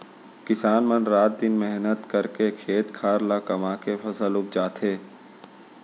किसान मन रात दिन मेहनत करके खेत खार ल कमाके फसल उपजाथें